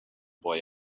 boy